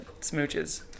smooches